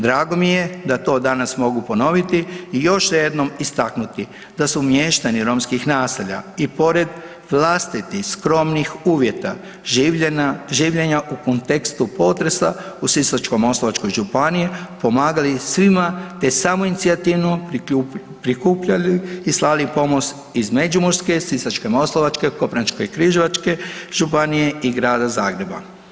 Drago mi je da to danas mogu ponoviti i još jednom istaknuti da su mještani romskih naselja i pored vlastitih skromnih uvjeta življenja u kontekstu potresa u Sisačko-moslavačkoj županiji pomagali svima, te samoinicijativno prikupljali i slali pomoć iz Međimurske, Sisačko-moslavačke, Koprivničko-križevačke županije i Grada Zagreba.